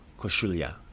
Koshulia